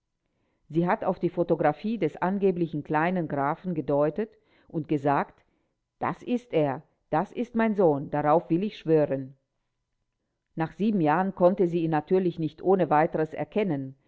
sie hat auf die photographie des angeblichen kleinen grafen gedeutet und gesagt das ist er das ist mein sohn darauf will ich schwören nach sieben jahren konnte sie ihn natürlich nicht ohne weiteres erkennen